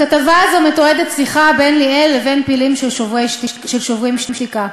בכתבה הזו מתועדת שיחה בין ליאל לבין פעילים של "שוברים שתיקה".